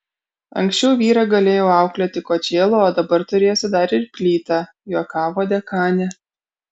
anksčiau vyrą galėjau auklėti kočėlu o dabar turėsiu dar ir plytą juokavo dekanė